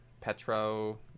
Petro